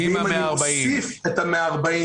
אם אני מוסיף את ה-140,